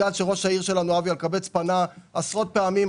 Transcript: בגלל שראש העיר שלנו אבי אלקבץ פנה עשרות פעמים,